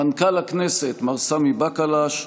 מנכ"ל הכנסת מר סמי בקלש,